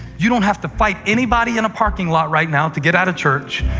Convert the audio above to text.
you don't have to fight anybody in a parking lot right now to get out of church.